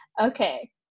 Okay